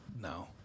No